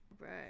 right